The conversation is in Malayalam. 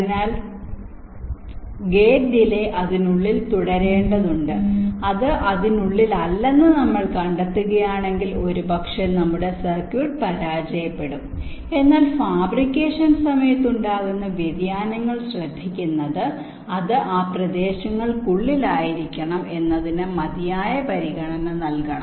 അതിനാൽ ഗേറ്റ് ഡിലെ അതിനുള്ളിൽ തുടരേണ്ടതുണ്ട് അത് അതിനുള്ളിലല്ലെന്ന് നമ്മൾ കണ്ടെത്തുകയാണെങ്കിൽ ഒരുപക്ഷേ നമ്മുടെ സർക്യൂട്ട് പരാജയപ്പെടും എന്നാൽ ഫാബ്രിക്കേഷൻ സമയത്ത് ഉണ്ടാകുന്ന വ്യതിയാനങ്ങൾ ശ്രദ്ധിക്കുന്നത് അത് ആ പ്രദേശങ്ങൾക്കുള്ളിലായിരിക്കണം എന്നതിന് മതിയായ പരിഗണന നൽകണം